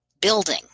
building